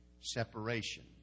separation